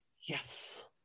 Yes